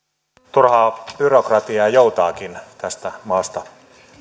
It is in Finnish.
turhaa byrokratiaa joutaakin tästä maasta